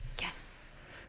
Yes